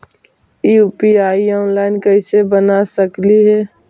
UPI online कैसे बना सकली हे?